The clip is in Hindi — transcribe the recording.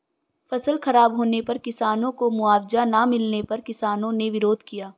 फसल खराब होने पर किसानों को मुआवजा ना मिलने पर किसानों ने विरोध किया